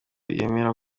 yemera